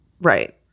Right